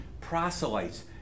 proselytes